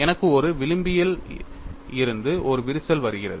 எனக்கு ஒரு விளிம்பில் இருந்து ஒரு விரிசல் வருகிறது